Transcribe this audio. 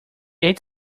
ate